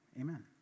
amen